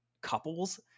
couples